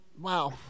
Wow